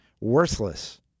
Worthless